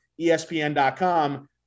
ESPN.com